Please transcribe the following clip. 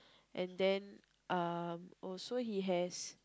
and then uh also he has